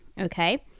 Okay